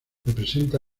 representa